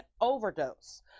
overdose